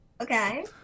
Okay